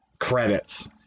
Credits